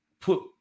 put